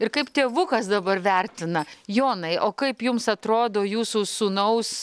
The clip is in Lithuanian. ir kaip tėvukas dabar vertina jonai o kaip jums atrodo jūsų sūnaus